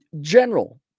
general